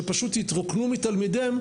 שפשוט יתרוקנו מתלמידיהם,